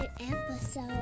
episode